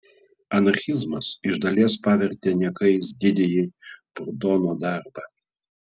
anarchizmas iš dalies pavertė niekais didįjį prudono darbą